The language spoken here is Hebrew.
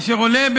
אשר עולה,